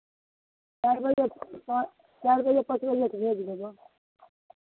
चारि बजे पाँ चारि बजे पाँच बजे भेज देबह